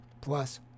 plus